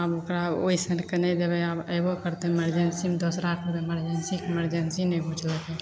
आब ओकरा ओइसनके नहि देबै अएबो करतै इमरजेन्सीमे दोसरा आरके इमरजेन्सीके इमरजेन्सी नहि बुझलक